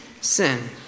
sin